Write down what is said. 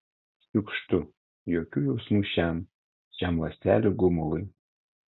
šiukštu jokių jausmų šiam šiam ląstelių gumului